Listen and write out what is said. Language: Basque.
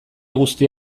guzti